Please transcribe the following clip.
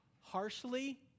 harshly